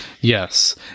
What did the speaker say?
Yes